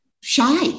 shy